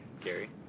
Gary